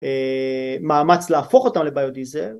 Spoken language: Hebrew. מאמץ להפוך אותם לביודיזל